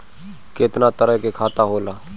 केतना तरह के खाता होला?